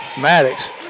Maddox